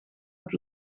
het